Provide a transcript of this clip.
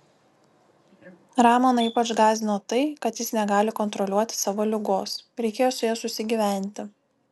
ramoną ypač gąsdino tai kad jis negali kontroliuoti savo ligos reikėjo su ja susigyventi